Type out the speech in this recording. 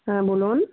হ্যাঁ বলুন